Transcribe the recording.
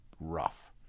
rough